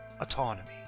autonomy